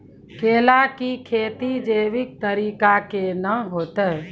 केला की खेती जैविक तरीका के ना होते?